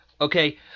okay